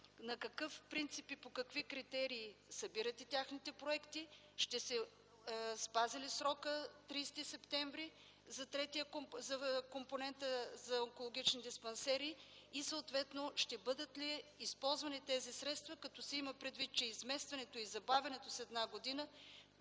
На какъв принцип и по какви критерии събирате техните проекти? Ще се спази ли срокът 30 септември т.г. за компонентът за онкологичните диспансери? И съответно ще бъдат ли използвани тези средства като се има предвид, че изместването и забавянето с една година